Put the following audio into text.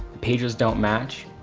pages don't match,